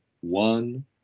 one